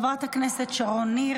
חברת הכנסת שרון ניר,